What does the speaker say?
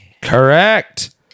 Correct